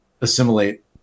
assimilate